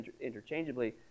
interchangeably